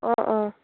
অঁ অঁ